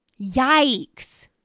Yikes